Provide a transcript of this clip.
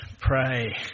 pray